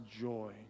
joy